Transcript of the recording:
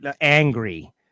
angry